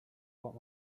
what